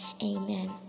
amen